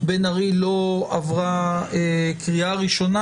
בן ארי לא עברה קריאה ראשונה,